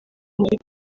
muri